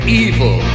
evil